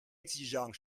exigeant